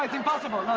like impossible,